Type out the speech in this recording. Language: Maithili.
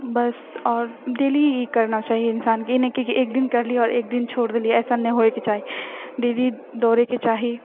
बस आओर डेली ई करना चाहिए इन्सानके ई नहि कि एक दिन करलिऐ आओर एक दिन छोड़ि देली डेली दौड़ैके चाही